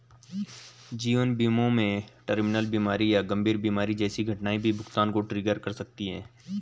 जीवन बीमा में टर्मिनल बीमारी या गंभीर बीमारी जैसी घटनाएं भी भुगतान को ट्रिगर कर सकती हैं